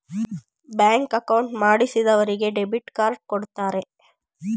bank account ಮಾಡಿಸಿದರಿಗೆ debit card ಕೊಡ್ತಾರೆ